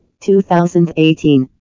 2018